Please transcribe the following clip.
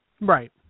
right